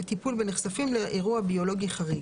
וטיפול בנחשפים לאירוע ביולוגי חריג.